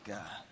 God